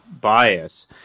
bias